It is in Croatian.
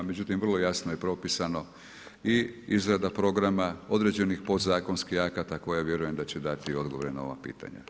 Međutim, vrlo jasno je propisano i izrada programa, određenih podzakonskih akata koje ja vjerujem da će dati odgovore na ova pitanja.